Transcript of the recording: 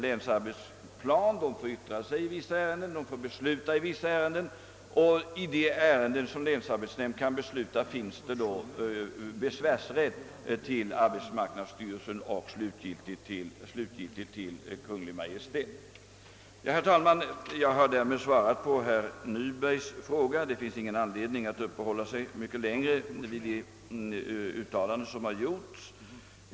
Länsarbetsnämnderna får yttra sig i en del ärenden och besluta i vissa andra, och beträffande de ärenden i vilka länsarbetsnämnd kan besluta finns besvärsrätt hos arbetsmarknadsstyrelsen och slutgiltigt hos Kungl. Maj:t. Herr talman! Jag har därmed svarat på herr Nybergs fråga. Det finns ingen anledning att uppehålla sig längre vid övriga uttalanden som gjorts.